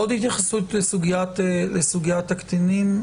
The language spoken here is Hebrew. עוד התייחסות לסוגיית הקטינים,